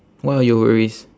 what are your worries